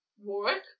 work